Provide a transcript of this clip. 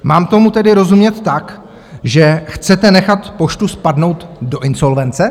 Mám tomu tedy rozumět tak, že chcete nechat Poštu spadnout do insolvence?